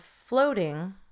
floating